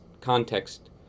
context